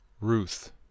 Ruth